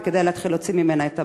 וכדאי להתחיל להוציא ממנה את המים.